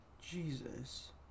jesus